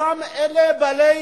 אותם בעלי